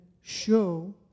show